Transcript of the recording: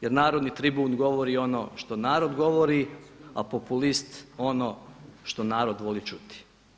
Jer narodni tribun govori ono što narod govori, a populist ono što narod voli čuti.